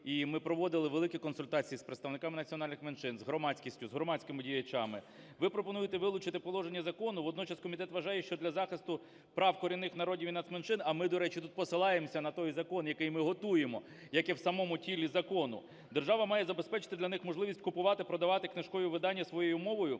держава має забезпечити для них можливість купувати (продавати) книжкові видання своєю мовою.